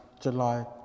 July